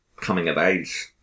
coming-of-age